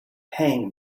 hang